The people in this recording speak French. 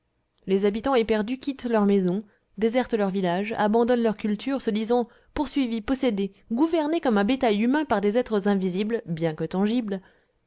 les habitants éperdus quittent leurs maisons désertent leurs villages abandonnent leurs cultures se disant poursuivis possédés gouvernés comme un bétail humain par des êtres invisibles bien que tangibles